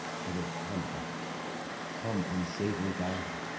bitter conduct come, unsavoury guide!